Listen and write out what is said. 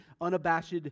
unabashed